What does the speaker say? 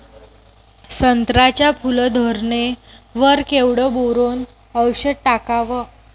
संत्र्याच्या फूल धरणे वर केवढं बोरोंन औषध टाकावं?